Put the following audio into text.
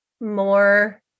more